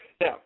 Now